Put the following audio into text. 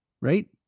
right